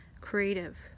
creative